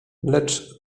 lecz